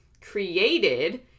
created